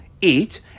eat